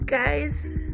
Guys